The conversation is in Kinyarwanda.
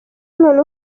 noneho